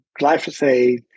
glyphosate